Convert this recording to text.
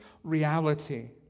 Reality